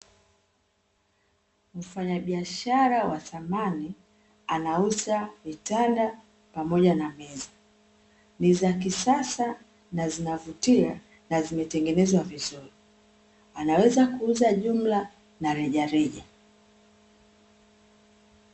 Mfanyabiashara wa samani anauza vitanda pamoja na meza. Ni za kisasa, na zinavutia na zimetengenezwa vizuri, anaweza kuuza jumla na rejareja.